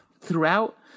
throughout